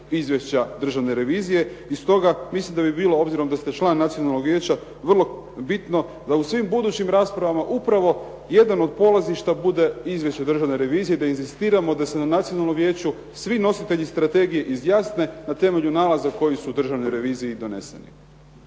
izvješća Državne revizije i stoga mislim da bi bilo, obzirom da ste član Nacionalnog vijeća vrlo bitno da u svim budućim raspravama upravo jedan od polazišta bude Izvješće Državne revizije, da inzistiramo da se na Nacionalnom vijeću svi nositelji strategije izjasne na temelju nalaza koji su Državnoj reviziji doneseni.